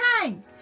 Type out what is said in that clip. time